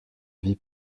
vie